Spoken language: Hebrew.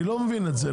אני לא מבין את זה.